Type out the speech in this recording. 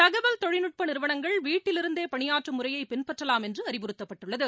தகவல் தொழில்நுட்பநிறுவனங்கள் வீட்டில் இருந்தேபணியாற்றும் முறையைபின்பற்றலாம் என்றுஅறிவுறுத்தப்பட்டுள்ளது